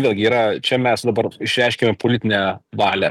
vėlgi yra čia mes dabar išreiškiame politinę valią